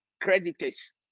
creditors